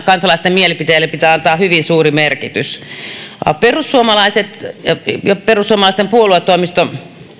kansalaisten mielipiteille pitää antaa hyvin suuri merkitys perussuomalaiset ja perussuomalaisten puoluetoimisto